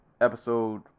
episode